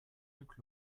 luc